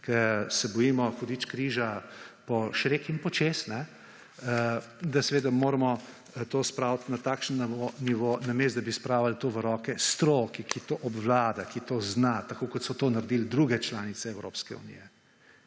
ker se bojimo hudič križa pošrek in počez, da moramo seveda to spraviti na takšen nivo namesto, da bi spravili to v roke stroki, ki to obvlada, ki to zna, tako kot so to naredile druge članice Evropske unije.